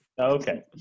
Okay